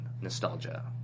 nostalgia